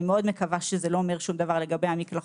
מאוד מקווה שזה לא אומר שום דבר לגבי המקלחות.